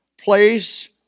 place